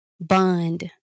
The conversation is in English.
bond